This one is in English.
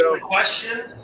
Question